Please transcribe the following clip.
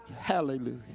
hallelujah